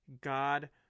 God